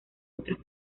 otros